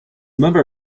member